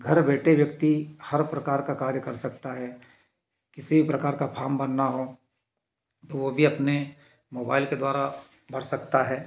घर बैठे व्यक्ति हर प्रकार का कार्य कर सकता है किसी भी प्रकार का फर्म भरना हो तो वह भी अपने मोबाईल के द्वारा भर सकता है